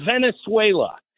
Venezuela